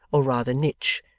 or rather niche,